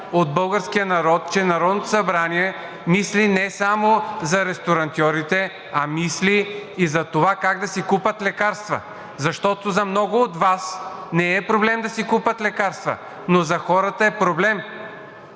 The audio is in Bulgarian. от българския народ, че Народното събрание мисли не само за ресторантьорите, а и за това как да си купят лекарства. Защото за много от Вас не е проблем да си купят лекарства, но за хората е проблем.